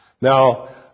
Now